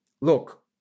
look